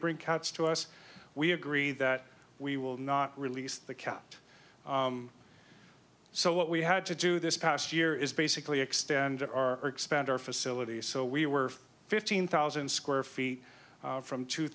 bring cats to us we agree that we will not release the cat so what we had to do this past year is basically extend our or expand our facility so we were fifteen thousand square feet from two